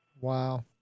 Wow